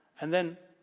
and then,